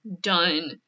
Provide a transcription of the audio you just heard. done